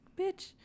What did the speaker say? bitch